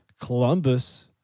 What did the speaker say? Columbus